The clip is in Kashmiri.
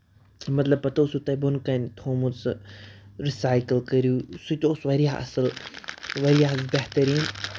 مطلب پَتہٕ اوسوٕ تۄہہِ بۅن تام تھوٚمُت سُہ رِسایکٕل کٔرِو سُہ تہِ اوس واریاہ اَصٕل واریاہ بہتریٖن